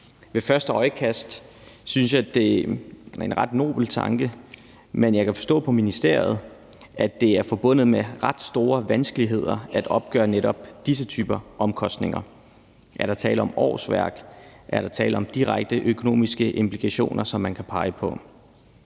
Ved første øjekast synes jeg, det er en ret nobel tanke, men jeg kan forstå på ministeriet, at det er forbundet med ret store vanskeligheder at opgøre netop disse typer omkostninger. Er der tale om årsværk? Er der tale om direkte økonomiske implikationer, som man kan pege på?